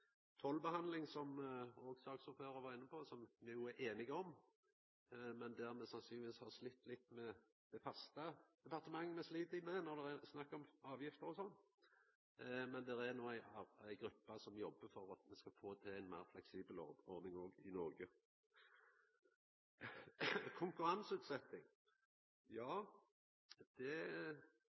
Tollbehandling, som òg saksordføraren var inne på, er me einige om, men me har sannsynlegvis slite litt med det faste departementet me slit litt med når det er snakk om avgifter osv. Men det er no ei gruppe som jobbar for at me skal få til ei meir fleksibel ordning òg i Noreg. Konkurranseutsetjing: Ja, det